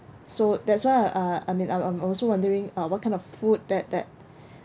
so that's why I I I mean I'm I'm also wondering uh what kind of food that that